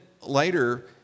later